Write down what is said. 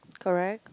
correct